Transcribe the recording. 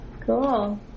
cool